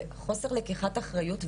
וחוסר לקיחת אחריות,